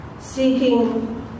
seeking